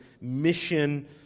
mission